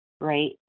Right